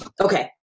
Okay